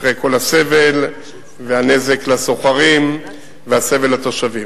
אחרי כל הסבל והנזק לסוחרים והסבל לתושבים.